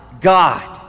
God